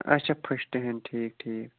اَچھا first hand ٹھیٖک ٹھیٖک